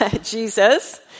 Jesus